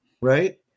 right